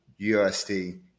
usd